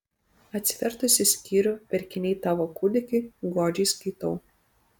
atsivertusi skyrių pirkiniai tavo kūdikiui godžiai skaitau